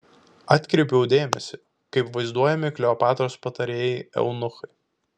atkreipiau dėmesį kaip vaizduojami kleopatros patarėjai eunuchai